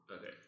Okay